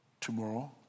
tomorrow